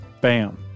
Bam